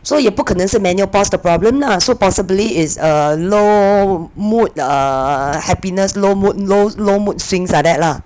所以也不可能是 menopause 的 problem lah so possibly is err low mood err happiness low mood low low mood swings like that lah